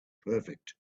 perfect